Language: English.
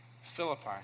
Philippi